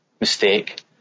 mistake